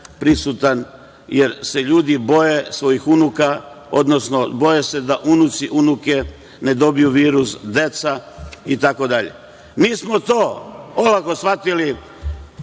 prisutan, jer se ljudi boje svojih unuka, odnosno boje se da unuci, unuke ne dobiju virus, deca itd. Mi smo to olako shvatili